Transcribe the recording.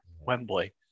Wembley